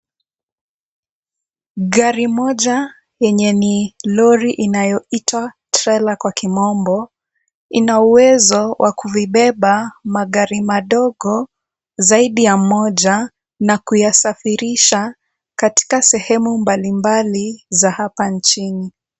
Gari moja yenye ni lori inayoitwa trela kwa kimombo ina uwezo wa kuvibeba magari madogo zaidi ya moja na kuyasafirisha katika sehemu mbalimbali za hapa nchini.